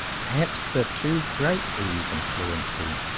perhaps the too great ease and fluency,